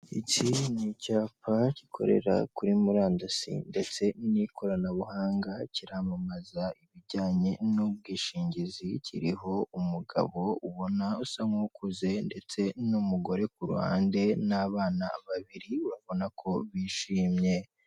Iki ni icyapa gikorera kuri murandasi ndetse n'ikoranabuhanga kiramamaza ibjyanye n'ubwishingizi, kiriho umugabo usa nukuze ndetse n'umugore ku ruhande n'abana babiri urabona ko bishimye.